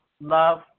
love